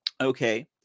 Okay